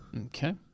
Okay